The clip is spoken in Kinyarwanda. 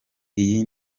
iyi